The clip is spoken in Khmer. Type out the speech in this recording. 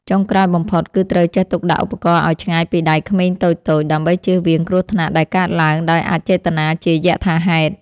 ចុងក្រោយបំផុត គឺត្រូវចេះទុកដាក់ឧបករណ៍ឱ្យឆ្ងាយពីដៃក្មេងតូចៗ ដើម្បីជៀសវាងគ្រោះថ្នាក់ដែលកើតឡើងដោយអចេតនាជាយថាហេតុ។